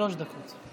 שלוש דקות.